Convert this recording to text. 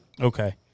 Okay